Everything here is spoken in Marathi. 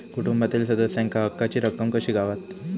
कुटुंबातील सदस्यांका हक्काची रक्कम कशी गावात?